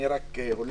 מה שקורה זה שהממשלה,